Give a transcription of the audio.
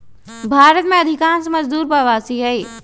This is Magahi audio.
भारत में अधिकांश मजदूर प्रवासी हई